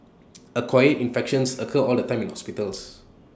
acquired infections occur all the time in hospitals